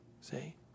See